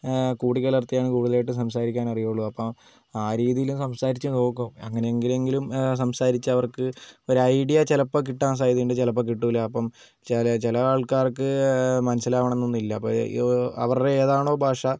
കൂടിക്കലർത്തിയാണ് കൂടുതലായിട്ടും സംസാരിക്കാൻ അറിയുള്ളൂ അപ്പം ആ രീതിയിൽ സംസാരിച്ച് നോക്കും അങ്ങനെയെങ്കിലും സംസാരിച്ച് അവർക്ക് ഒരു ഐഡിയ ചിലപ്പോൾ കിട്ടാൻ സാധ്യതയുണ്ട് ചിലപ്പോൾ കിട്ടില്ല ചില ചില ആൾക്കാർക്ക് മനസ്സിലാവണമെന്നൊന്നുമില്ല അപ്പോൾ ഈ ഓ അവരുടെ ഏതാണോ ഭാഷ